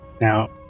Now